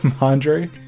Andre